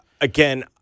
Again